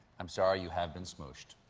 i'm sorry, you have been smooived.